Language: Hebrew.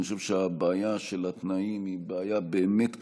אני חושב שהבעיה של התנאים היא בעיה באמת קשה.